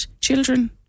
children